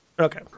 Okay